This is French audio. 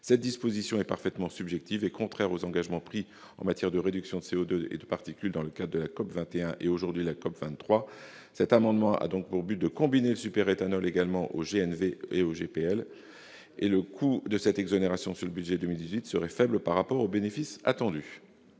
Cette disposition est parfaitement subjective et contraire aux engagements pris en matière de réduction de CO2 et de particules, dans le cadre de la COP21 et, aujourd'hui, de la COP23. Cet amendement a donc pour objet de combiner le superéthanol également au GNV ou au GPL. Le coût de cette exonération pour le budget pour 2018 serait faible par rapport au bénéfice attendu.